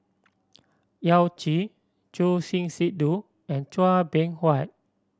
Yao Zi Choor Singh Sidhu and Chua Beng Huat